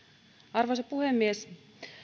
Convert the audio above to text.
arvoisa puhemies